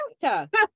character